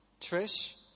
Trish